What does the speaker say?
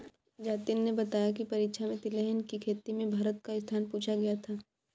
जतिन ने बताया की परीक्षा में तिलहन की खेती में भारत का स्थान पूछा गया था